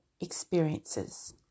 experiences